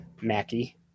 Mackie